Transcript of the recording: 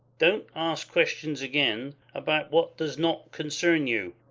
don't ask questions again about what does not concern you.